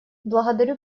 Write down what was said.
благодарю